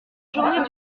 journée